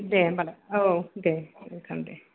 दे होनबालाय औ दे